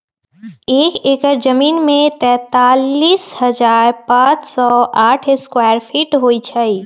एक एकड़ जमीन में तैंतालीस हजार पांच सौ साठ स्क्वायर फीट होई छई